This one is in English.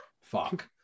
Fuck